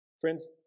Friends